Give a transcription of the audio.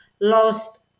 lost